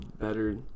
better